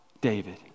David